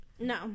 no